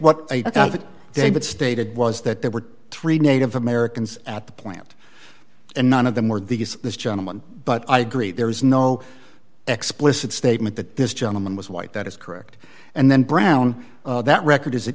what david stated was that there were three native americans at the plant and none of them were these this gentleman but i agree there is no explicit statement that this gentleman was white that is correct and then brown that record is